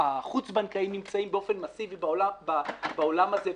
לא שהחוץ בנקאי נמצאים באופן מסיבי בעולם הזה,